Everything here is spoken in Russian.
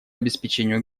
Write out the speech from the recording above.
обеспечению